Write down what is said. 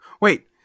wait